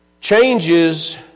Changes